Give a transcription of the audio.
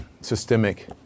systemic